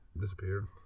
Disappeared